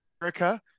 America